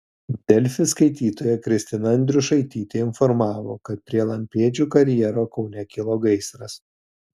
delfi skaitytoja kristina andriušaitytė informavo kad prie lampėdžių karjero kaune kilo gaisras